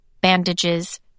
bandages